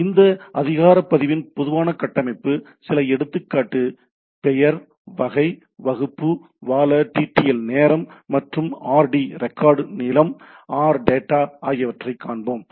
எனவே இந்த ஆதார பதிவின் பொதுவான கட்டமைப்பு சில எடுத்துக்காட்டு பெயர் வகை வகுப்பு வாழ TTL நேரம் மற்றும் RD rec RD நீளம் RData ஆகியவற்றைக் காண்போம்